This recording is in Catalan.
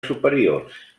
superiors